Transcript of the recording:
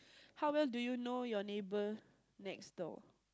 how well do you know your neighbour next door